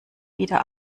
wieder